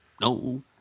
no